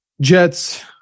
Jets